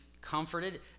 comforted